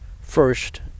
First